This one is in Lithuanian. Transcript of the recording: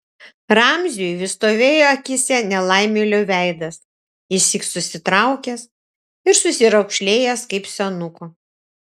ramziui vis stovėjo akyse nelaimėlio veidas išsyk susitraukęs ir susiraukšlėjęs kaip senuko